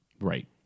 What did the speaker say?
Right